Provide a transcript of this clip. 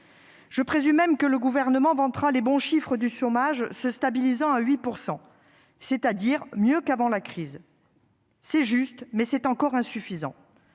Je présume que le Gouvernement vantera les bons chiffres d'un taux de chômage se stabilisant à 8 %, c'est-à-dire « mieux qu'avant la crise ». C'est exact, mais c'est encore insuffisant